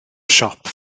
siop